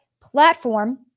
platform